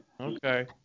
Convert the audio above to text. Okay